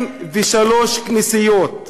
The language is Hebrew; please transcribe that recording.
43 כנסיות,